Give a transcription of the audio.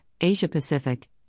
Asia-Pacific